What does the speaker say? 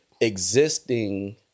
existing